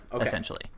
essentially